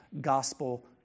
gospel